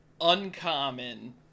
uncommon